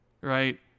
right